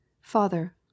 Father